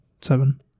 seven